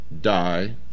die